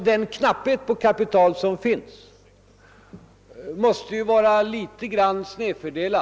Den knapphet på kapital som råder måste dock vara något snedfördelad.